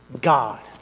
God